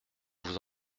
vous